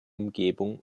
umgebung